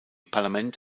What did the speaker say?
parlament